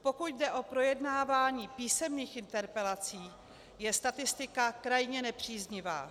Pokud jde o projednávání písemných interpelací, je statistika krajně nepříznivá.